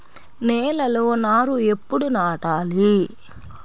నేలలో నారు ఎప్పుడు నాటాలి?